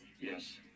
Yes